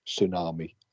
tsunami